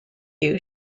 you